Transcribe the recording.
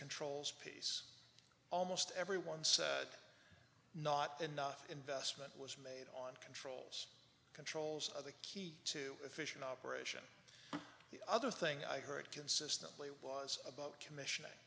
controls piece almost everyone says not enough investment was made on controls controls of the key to efficient operation the other thing i heard consistently was about commission